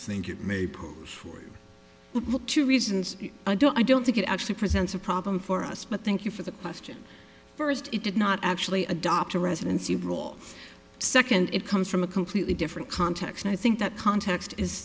think it may push forward two reasons i don't i don't think it actually presents a problem for us but thank you for the question first it did not actually adopt a residency role second it comes from a completely different context i think that context is